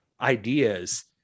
ideas